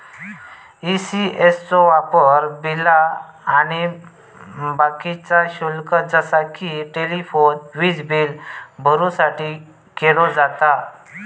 ECS चो वापर बिला आणि बाकीचा शुल्क जसा कि टेलिफोन, वीजबील भरुसाठी केलो जाता